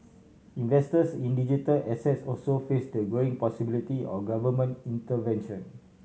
investors in digital assets also face the growing possibility of government intervention